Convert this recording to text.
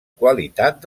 qualitats